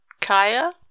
Kaya